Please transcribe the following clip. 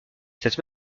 cette